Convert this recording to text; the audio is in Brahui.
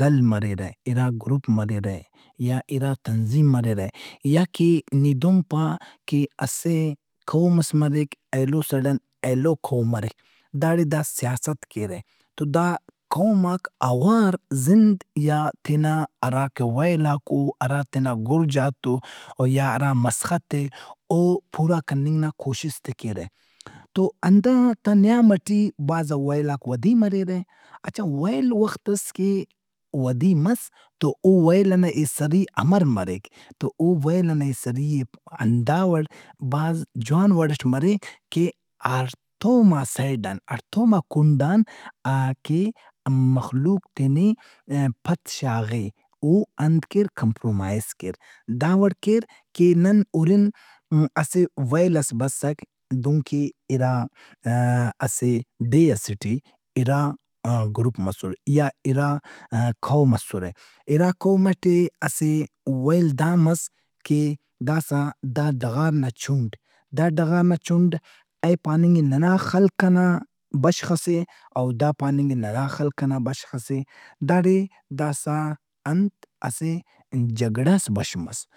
گل مریرہ، اِراگروپ مریرہ یا اِرا تنظیم مریرہ۔ یا کہ نی دہن پا کہ اسہ قومس مریک ایلو سیڈ ان ایلو قوم مریک۔ داڑے دا سیاست کیرہ۔ تو دا قوماک اوار زند یا تینا ہراکہ ویلاک او، ہرا تینا گُرجاک او یا ارا تینا مسخت اےاو پورا کننگ نا کوشست ئے کیرہ۔ تو ہنداتا نیام ئٹی بھازا ویلاک ودی مریرہ۔ اچھا ویل وختس کہ ودی مس تواوویل ہنا ایسری امرمریک۔ تواوویلا ئنا ایسری ئے ہنداوڑ بھازجوان وڑٹ مریک کہ ہڑتوما سیڈ ان ہڑتوما کُنڈان آ- کہ مخلوق تینے پد شاغہ۔ او انت کیر؟ کمپرومائز کیر۔ دا وڑ کیر کہ نن ہُرن اسہ ویل ئس بسک دہنکہ اِرا آ- اسہ ڈیھ ئسے ٹے اِرا گروپ مسر یا اِرا قوم اسرہ۔ ارا قوم ئٹے اسہ ویل دا مس کہ داسا دا ڈغارناچُھنڈ۔ داڈغارناچھنڈ اے پاننگ اے ننا خلق ئنابشخ ئس اے او دا پاننگ اے ننا خلق ئنا بشخ ئس اے۔ داڑے داسا انت اسہ جھگڑہس بش مس۔